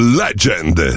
legend